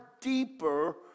deeper